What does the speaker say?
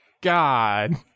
God